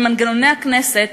ממנגנוני הכנסת,